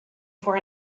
for